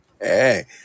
Hey